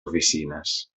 oficines